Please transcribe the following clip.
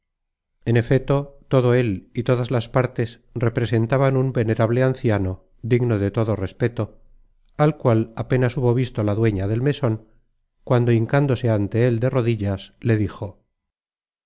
en efeto todo él y todas las partes representaban un venerable anciano digno de todo respeto al cual apenas hubo visto la dueña del meson cuando hincándose ante él de rodillas le dijo